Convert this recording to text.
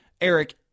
Eric